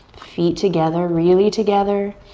feet together, really together.